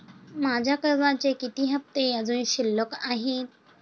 माझे कर्जाचे किती हफ्ते अजुन शिल्लक आहेत?